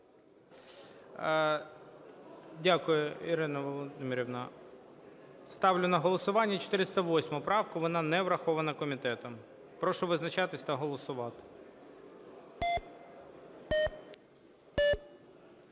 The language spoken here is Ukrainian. Дякую, Ірина Володимирівна. Ставлю на голосування 408 правку. Вона не врахована комітетом. Прошу визначатися та голосувати.